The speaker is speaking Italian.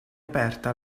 aperta